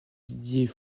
didier